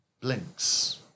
blinks